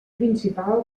principal